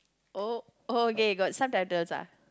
oh okay got subtitles ah